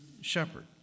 shepherd